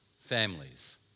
families